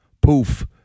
poof